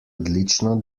odlično